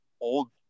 old